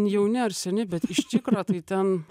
jauni ar seni bet iš tikro tai ten